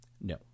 no